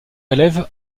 élève